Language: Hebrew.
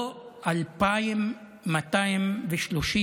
לא 2,230